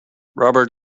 robert